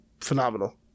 phenomenal